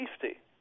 safety